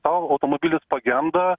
tau automobilis pagenda